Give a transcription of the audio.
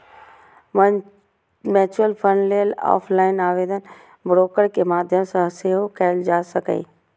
mutual fund लेल offline आवेदन broker के माध्यम सं सेहो कैल जा सकैए